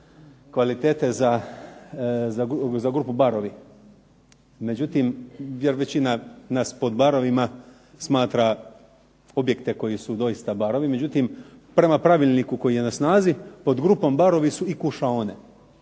kvalitete za grupu barovi. Međutim, jer većina nas pod barovima smatra objekte koji su doista barovi. Međutim, prema pravilniku koji je na snazi po grupom barovi su i kušaone